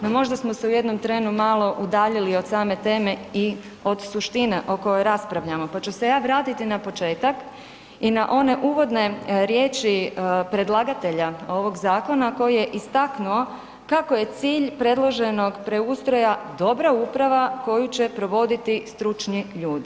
No, možda smo se u jednom trenu malo udaljili od same teme i od suštine o kojoj raspravljamo, pa ću se ja vratiti na početak i na one uvodne riječi predlagatelje ovog zakona koji je istaknuo kako je cilj predloženog preustroja dobra uprava koju će provoditi stručni ljudi.